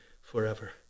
forever